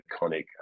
iconic